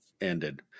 ended